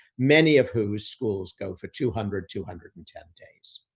many of whose schools go for two hundred, two hundred and ten days.